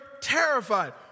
terrified